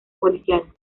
policial